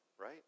right